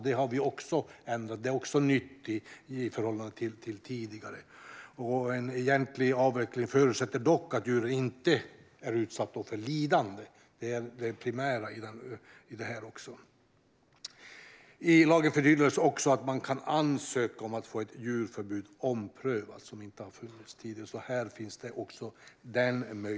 Det är också nytt i förhållande till tidigare. En egentlig avveckling förutsätter dock att djuren inte är utsatta för lidande. Det är det primära i det här. I lagen förtydligas också att man kan ansöka om att få ett djurförbud omprövat. Det har man inte kunnat tidigare, men den möjligheten finns alltså också nu.